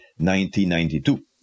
1992